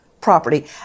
property